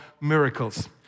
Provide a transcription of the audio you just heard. miracles